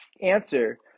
answer